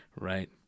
right